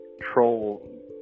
troll